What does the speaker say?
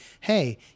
hey